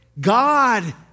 God